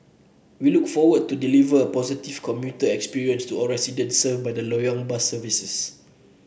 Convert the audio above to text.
we look forward to delivering a positive commuter experience to all residents served by the Loyang bus services